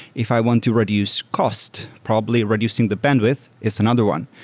if i want to reduce cost, probably reducing the bandwidth is another one.